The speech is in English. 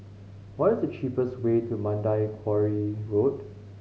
what is the cheapest way to Mandai Quarry Road